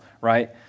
right